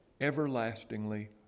everlastingly